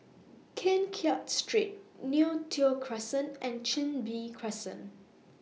Keng Kiat Street Neo Tiew Crescent and Chin Bee Crescent